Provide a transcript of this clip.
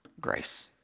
grace